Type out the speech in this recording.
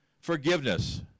forgiveness